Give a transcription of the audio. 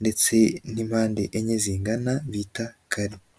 ndetse n'impande enye zingana bita kare.